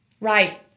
Right